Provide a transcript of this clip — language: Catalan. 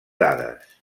dades